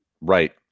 right